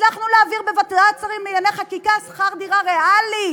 הצלחנו להעביר בוועדת שרים לענייני חקיקה שכר-דירה ריאלי